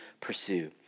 pursue